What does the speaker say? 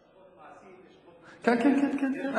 יש אחות מעשית, יש אחות מוסמכת, כן, כן, כן, כן.